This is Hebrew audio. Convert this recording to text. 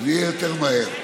זה יהיה יותר מהר.